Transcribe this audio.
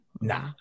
nah